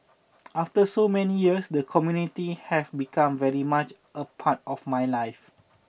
after so many years the community has become very much a part of my life